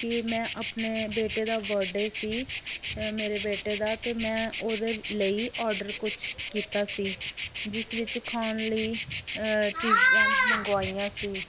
ਕਿ ਮੈਂ ਆਪਣੇ ਬੇਟੇ ਦਾ ਬਰਥਡੇ ਸੀ ਮੇਰੇ ਬੇਟੇ ਦਾ ਅਤੇ ਮੈਂ ਉਹਦੇ ਲਈ ਆਰਡਰ ਕੁਛ ਕੀਤਾ ਸੀ ਜਿਸ ਵਿੱਚ ਖਾਣ ਲਈ ਚੀਜ਼ਾਂ ਮੰਗਵਾਈਆਂ ਸੀ